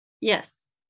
yes